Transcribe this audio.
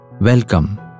Welcome